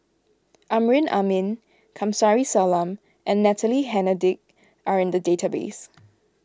Amrin Amin Kamsari Salam and Natalie Hennedige are in the database